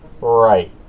Right